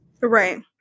right